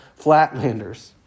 flatlanders